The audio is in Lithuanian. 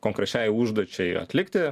konkrečiai užduočiai atlikti